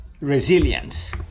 resilience